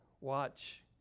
watch